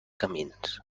camins